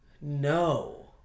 No